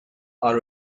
are